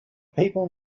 people